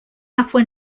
papua